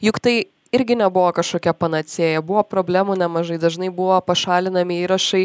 juk tai irgi nebuvo kažkokia panacėja buvo problemų nemažai dažnai buvo pašalinami įrašai